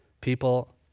people